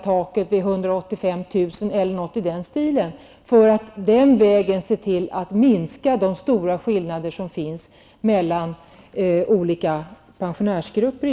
Man skulle t.ex. kunna sätta taket vid 185 000, för att på så sätt minska de stora skillnader som i dag finns mellan olika pensionärsgrupper.